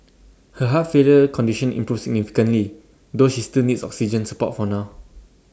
her heart failure condition improved significantly though she still needs oxygen support for now